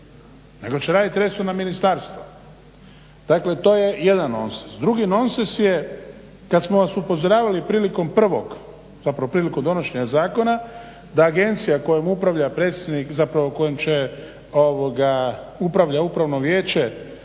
nego će raditi resorna ministarstva. Dakle to je jedan nonsens. Drugi nonsens je kad smo vas upozoravali prilikom prvog, zapravo prilikom donošenja zakona da agencija kojom upravlja predsjednik zapravo kojim će upravlja upravno vijeće